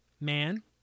man